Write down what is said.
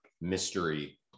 mystery